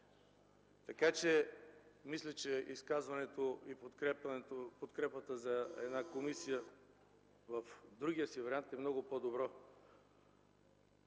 всички. Мисля, че изказването и подкрепата за комисия в другия вариант е много по-добро.